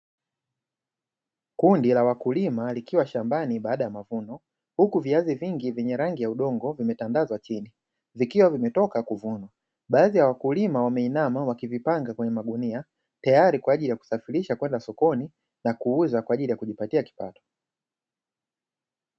Kundi la wakulima likiwa shambani baada ya mavuno, huku viazi vingi vyenye rangi ya udongo vimetandazwa chini, vikiwa vimetoka kuvunwa. Baadhi ya wakulima wameinama wakivipanga kwenye magunia, tayari kwa ajili ya kusafirisha kwenda sokoni na kuuza kwa ajili ya kujipatia kipato.